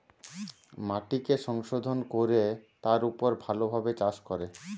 মাটিকে সংশোধন কোরে তার উপর ভালো ভাবে চাষ করে